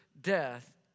death